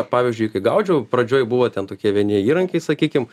pavyzdžiui kai gaudžiau pradžioj buvo ten tokie vieni įrankiai sakykim